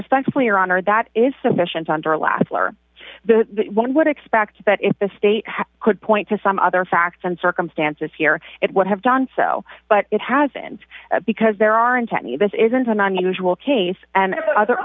respectfully or honor that is sufficient under last law or the one would expect that if the state could point to some other facts and circumstances here it would have done so but it hasn't because there aren't any this isn't an unusual case and other